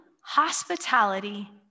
Hospitality